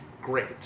Great